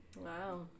Wow